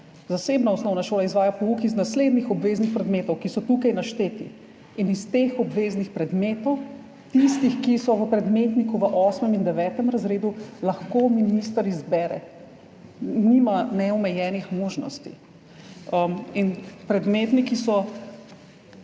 zasebna osnovna šola izvaja pouk iz naslednjih obveznih predmetov, ki so tukaj našteti, in iz teh obveznih predmetov, tistih, ki so v predmetniku v 8. in 9. razredu, lahko minister izbere, nima neomejenih možnosti, predmetniki so